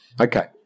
Okay